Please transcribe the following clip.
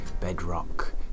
bedrock